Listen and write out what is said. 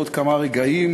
בעוד כמה רגעים,